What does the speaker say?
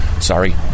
sorry